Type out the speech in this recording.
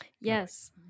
Yes